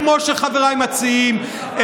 כמו שחבריי מציעים,